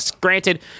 granted